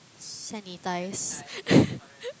sanitize